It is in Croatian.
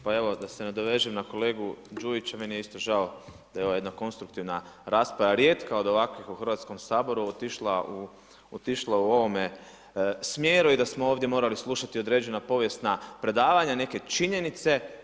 Pa evo da se nadovežem na kolegu Đujića, meni je isto žao da je ova jedna konstruktivna rasprava rijetka od ovakvih u Hrvatskom saboru otišla u ovome smjeru i da smo ovdje morali slušati određena povijesna predavanja, neke činjenice.